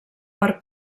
per